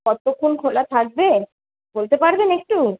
কতক্ষণ খোলা থাকবে বলতে পারবেন একটু